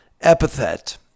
epithet